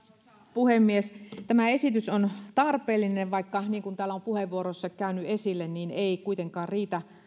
puhemies tämä esitys on tarpeellinen vaikka niin kuin täällä on puheenvuoroissa käynyt esille se ei kuitenkaan riitä